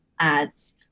ads